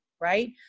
right